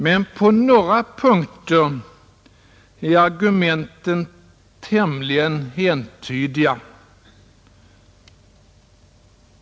Men på några punkter är argumenten tämligen entydiga.